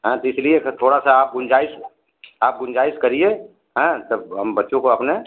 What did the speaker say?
हैं तो इसलिए क थोड़ा सा आप गुंजाइश आप गुंजाइश करिए हैं तब हम बच्चों को अपने